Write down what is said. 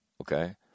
okay